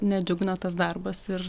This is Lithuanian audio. nedžiugino tas darbas ir